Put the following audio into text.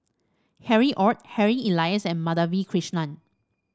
Harry Ord Harry Elias and Madhavi Krishnan